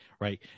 right